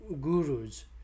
gurus